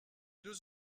deux